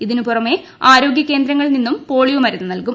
ഇതിനുപുറമേ ആരോഗൃകേന്ദ്രങ്ങളിൽ നിന്നും പോളിയോ മരുന്നു നൽകും